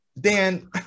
Dan